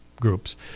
groups